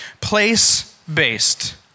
Place-based